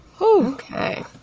Okay